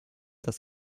das